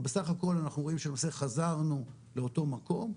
אבל בסך הכל אנחנו רואים שחזרנו לאותו מקום,